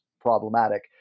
problematic